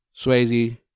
Swayze